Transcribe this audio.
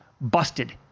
Busted